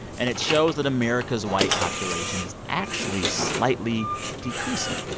and it shows that america's white population is actually slightly decreasing.